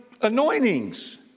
anointings